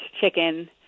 chicken